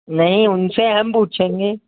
नहीं उनसे हम पूछेंगे